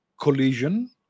collision